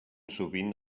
sovint